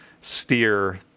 steer